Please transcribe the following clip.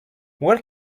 where